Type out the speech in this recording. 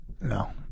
No